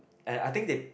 and I think they